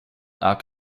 are